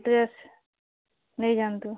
dress ନେଇଯାନ୍ତୁ